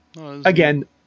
again